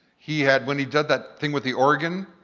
he had. when he does that thing with the organ,